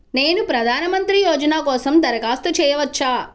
నేను ప్రధాన మంత్రి యోజన కోసం దరఖాస్తు చేయవచ్చా?